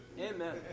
Amen